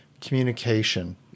communication